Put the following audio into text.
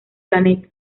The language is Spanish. planeta